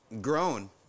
grown